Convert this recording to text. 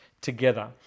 together